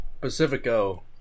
Pacifico